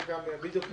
אני